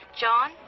john